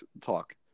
talk